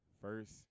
First